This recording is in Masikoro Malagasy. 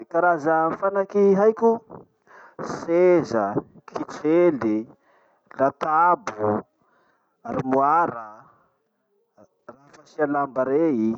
Karaza fanaky haiko: seza, kitsely, latabo, armoire, raha fasia lamba rey.